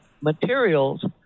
materials